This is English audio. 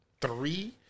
three